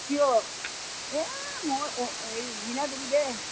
কিয় এই মই এই মীনা দেৱী দে